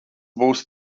būs